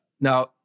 now